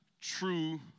True